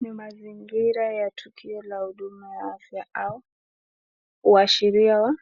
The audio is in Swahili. Ni mazingira ya tukio la huduma ya afya au uashiria wa